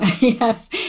yes